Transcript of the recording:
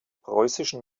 preußischen